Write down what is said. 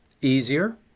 easier